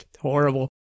horrible